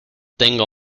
tengo